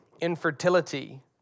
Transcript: infertility